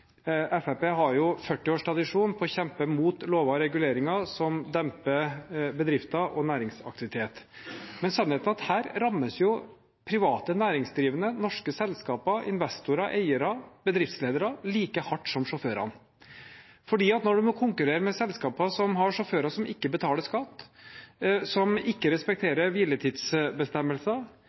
har jo 40 års tradisjon for å kjempe imot lover og reguleringer som demper bedrifter og næringsaktivitet, men sannheten er at her rammes jo private næringsdrivende, norske selskaper, investorer, eiere og bedriftsledere like hardt som sjåførene. For når man må konkurrere med selskaper som har sjåfører som ikke betaler skatt, som ikke respekterer